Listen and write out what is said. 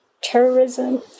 terrorism